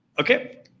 okay